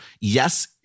yes